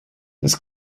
das